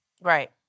Right